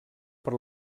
per